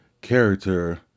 character